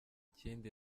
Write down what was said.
kindi